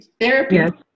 therapy